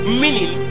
meaning